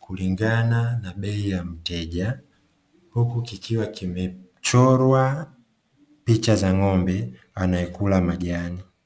kulingana na bei ya mteja, huku kikiwa kimechorwa picha za ng'ombe anayekula majani.